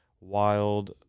wild